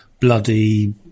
bloody